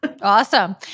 Awesome